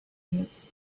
pits